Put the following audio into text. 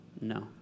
No